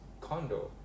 condo